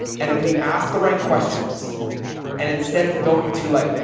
and if we ask the right questions and instead of going to like,